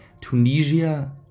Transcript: Tunisia